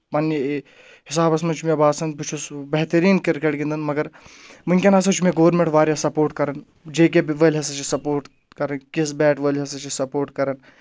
پنٕنہِ حِسابَس منٛز چھُ مےٚ باسان بہٕ چھُس بہتریٖن کِرکَٹ گِنٛدَان مگر وٕنکؠن ہسا چھُ مےٚ گورمینٹ واریاہ سَپوٹ کران جے کے بی وٲلۍ ہسا چھِ سَپوٹ کَران کِس بیٹ وٲلۍ ہسا چھِ سپوٹ کران